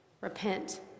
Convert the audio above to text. Repent